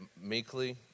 meekly